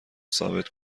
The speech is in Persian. ثابت